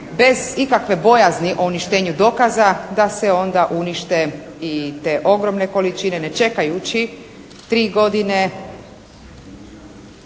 bez ikakve bojazni o uništenju dokaza da se onda unište i te ogromne količine, ne čekajući 3 godine